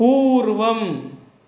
पूर्वम्